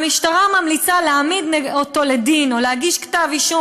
המשטרה ממליצה להעמיד אותו לדין או להגיש כתב אישום